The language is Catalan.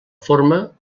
forma